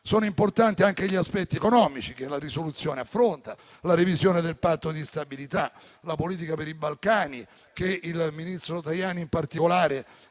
Sono importanti anche gli aspetti economici che la risoluzione affronta: la revisione del Patto di stabilità; la politica per i Balcani, che il ministro Tajani in particolare ha